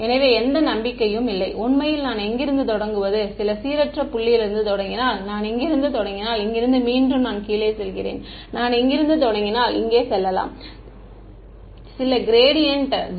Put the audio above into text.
எனவே எந்த நம்பிக்கையும் இல்லை உண்மையில் நான் எங்கிருந்து தொடங்குவது சில சீரற்ற புள்ளியிலிருந்து தொடங்கினால் நான் இங்கிருந்து தொடங்கினால் இங்கிருந்து மீண்டும் நான் கீழே செல்கிறேன் நான் இங்கிருந்து தொடங்கினால் இங்கே சொல்லலாம் இங்கே க்ராடியன்ட் 0